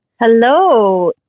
Hello